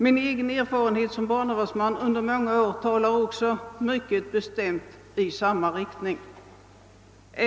Min egen erfarenhet som barnavårdsman under många år talar också mycket bestämt i samma riktning.